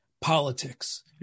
politics